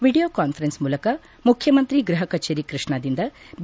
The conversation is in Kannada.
ವಿಡಿಯೋ ಕಾನ್ಸರೆನ್ಸ್ ಮೂಲಕ ಮುಖ್ಯಮಂತ್ರಿ ಗೃಹ ಕಚೇರಿ ಕೃಷ್ಣದಿಂದ ಬಿ